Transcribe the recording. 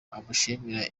amushimira